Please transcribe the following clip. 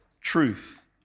truth